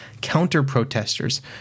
counter-protesters